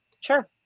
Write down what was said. Sure